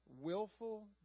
willful